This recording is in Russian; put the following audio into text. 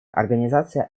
организация